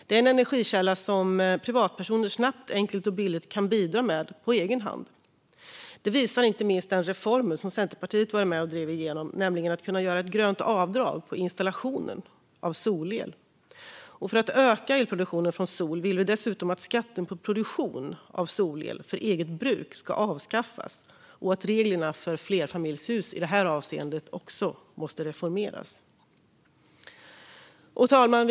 Det är en energikälla som privatpersoner snabbt, enkelt och billigt kan bidra med på egen hand. Det visar inte minst den reform som Centerpartiet var med och drev igenom, nämligen att kunna göra ett grönt avdrag för installation av solel. För att öka elproduktionen från sol vill vi dessutom att skatten på produktion av solel för eget bruk ska avskaffas och att reglerna för flerfamiljshus i det här avseendet också måste reformeras. Fru talman!